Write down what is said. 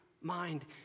mind